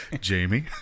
Jamie